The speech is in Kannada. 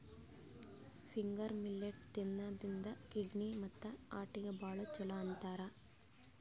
ಫಿಂಗರ್ ಮಿಲ್ಲೆಟ್ ತಿನ್ನದ್ರಿನ್ದ ಕಿಡ್ನಿ ಮತ್ತ್ ಹಾರ್ಟಿಗ್ ಭಾಳ್ ಛಲೋ ಅಂತಾರ್